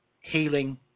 healing